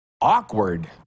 awkward